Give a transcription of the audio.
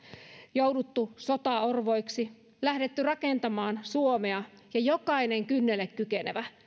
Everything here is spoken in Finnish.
jouduttu sotaorvoiksi lähdetty rakentamaan suomea ja jokainen kynnelle kykenevä